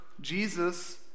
Jesus